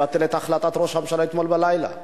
מבטל את החלטת ראש הממשלה אתמול בלילה?